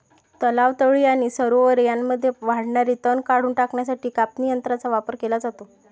तलाव, तळी आणि सरोवरे यांमध्ये वाढणारे तण काढून टाकण्यासाठी कापणी यंत्रांचा वापर केला जातो